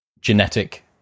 genetic